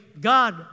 God